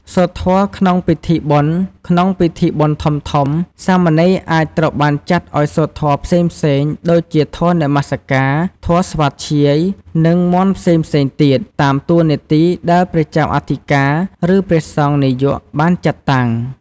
សូត្រធម៌ក្នុងពិធីបុណ្យ ក្នុងពិធីបុណ្យធំៗសាមណេរអាចត្រូវបានចាត់ឱ្យសូត្រធម៌ផ្សេងៗ ដូចជាធម៌នមស្ការ ធម៌ស្វាធ្យាយ និងមន្តផ្សេងៗទៀត តាមតួនាទីដែលព្រះចៅអធិការ ឬព្រះសង្ឃនាយកបានចាត់តាំង។